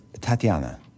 Tatiana